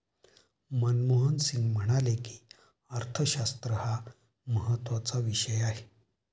मनमोहन सिंग म्हणाले की, अर्थशास्त्र हा महत्त्वाचा विषय आहे